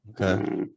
Okay